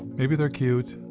maybe they're cute,